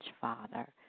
Father